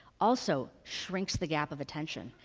also shrinks the gap of attention,